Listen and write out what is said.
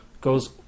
goes